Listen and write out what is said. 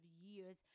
years